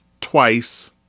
twice